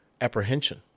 apprehension